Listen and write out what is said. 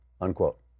unquote